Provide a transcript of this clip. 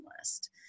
list